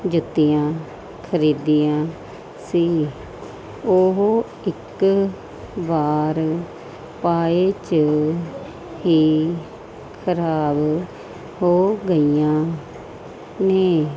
ਜੁੱਤੀਆਂ ਖਰੀਦੀਆਂ ਸੀ ਉਹ ਇੱਕ ਵਾਰ ਪਾਏ 'ਚ ਹੀ ਖਰਾਬ ਹੋ ਗਈਆਂ ਨੇ